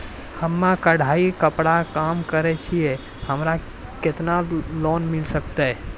हम्मे कढ़ाई कपड़ा के काम करे छियै, हमरा केतना लोन मिले सकते?